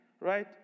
Right